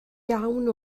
iawn